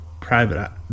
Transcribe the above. private